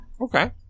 Okay